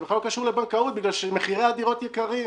זה בכלל לא קשור לבנקאות, כי מחירי הדירות יקרים.